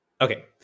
Okay